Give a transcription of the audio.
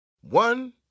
One